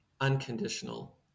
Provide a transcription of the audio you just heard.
unconditional